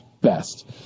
best